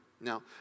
Now